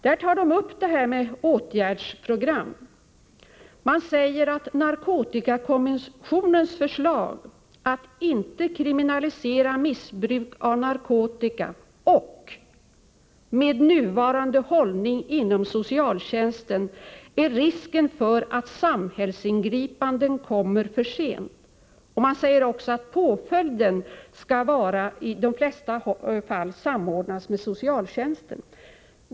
Föräldraföreningen mot narkotika skriver: ”Narkotikakommissionens förslag att inte kriminalisera missbruk av narkotika och med nuvarande hållning inom socialtjänsten, är risken stor för att samhällsingripandena kommer för sent.” Man säger vidare att påföljden i de flesta fall skall samordnas med socialtjänsten.